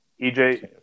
EJ